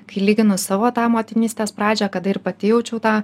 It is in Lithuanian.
kai lyginu savo tą motinystės pradžią kada ir pati jaučiau tą